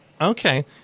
Okay